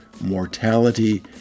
mortality